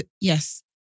Yes